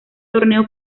torneo